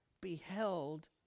beheld